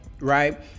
Right